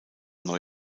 neu